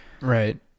Right